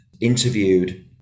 interviewed